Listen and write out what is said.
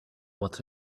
what